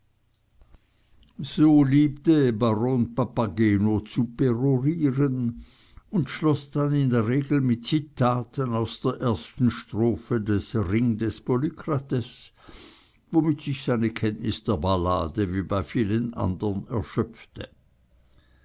so liebte baron papageno zu perorieren und schloß dann in der regel mit zitaten aus der ersten strophe des ring des polykrates womit sich seine kenntnis der ballade wie bei vielen andern erschöpfte